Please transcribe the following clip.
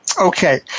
Okay